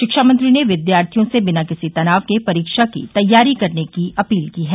शिक्षा मंत्री ने विद्यार्थियों से बिना किसी तनाव के परीक्षा की तैयारी करने की अपील की है